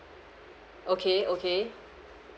okay okay